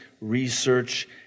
Research